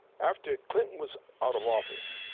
after clinton was out of office,